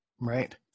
Right